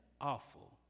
awful